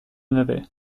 navet